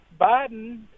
Biden